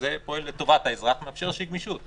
שזה פועל לטובת האזרח ומאפשר איזושהי גמישות.